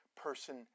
person